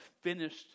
finished